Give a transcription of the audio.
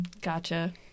Gotcha